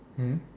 mm